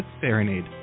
Serenade